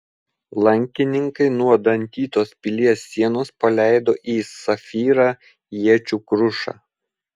lankininkai nuo dantytos pilies sienos paleido į safyrą iečių krušą